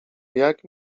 jak